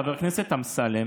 חבר הכנסת אמסלם,